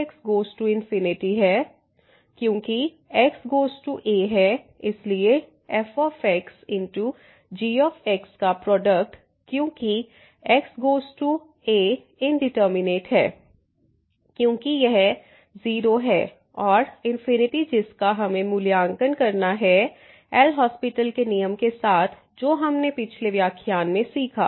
क्योंकि x goes to a है इसलिए f x g का प्रोडक्ट क्योंकि x goes to a indeterminate है क्योंकि यह 0 है और जिसका हमें मूल्यांकन करना है एल हास्पिटल LHospital के नियम के साथ जो हमने पिछले व्याख्यान में सीखा